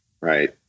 Right